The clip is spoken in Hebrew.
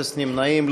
אפס נמנעים,